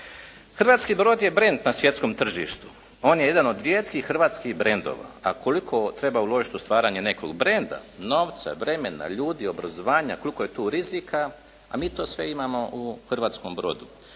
Hrvatski brod je brend na svjetskom tržištu, on je jedan od rijetkih hrvatskih brendova, a koliko treba uložiti u stvaranje nekog brenda, novca, vremena, ljudi, obrazovanja, koliko je tu rizika, a mi to sve imamo u hrvatskom brodu.